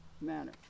manner